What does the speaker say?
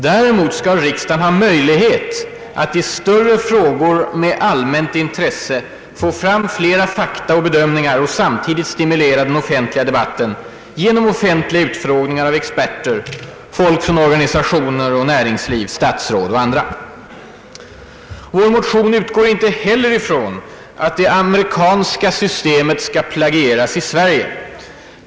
Däremot skall riksdagen ha möjlighet att i större frågor med allmänt intresse få fram flera fakta och bedömningar och samtidigt stimulera den offentliga debatten genom offentliga utfrågningar av exper ter, folk från organisationer och näringsliv, statsråd och andra. Vår motion utgår inte heller från att det amerikanska systemet skall plagieras i Sverige.